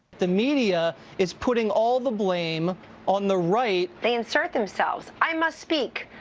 the media is putting all the blame on the right they insert themselves. i must speak.